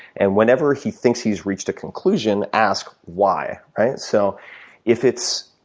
and whenever he thinks he's reached a conclusion ask why, right. so if it's,